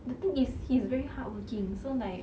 the thing is he's very hardworking so like